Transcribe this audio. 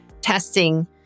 testing